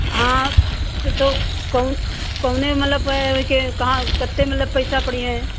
हाँ तो कम कहने का मतलब है कि कहाँ कितने मतलब पैसा पड़हिए